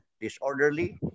disorderly